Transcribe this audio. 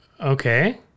Okay